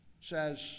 says